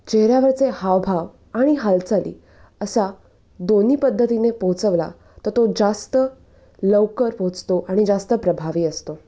चेहऱ्यावरचे हावभाव आणि हालचाली असा दोन्ही पद्धतीने पोचवला तर तो जास्त लवकर पोचतो आणि जास्त प्रभावी असतो